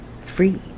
freed